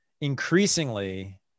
increasingly